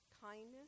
kindness